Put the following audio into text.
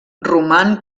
roman